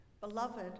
Beloved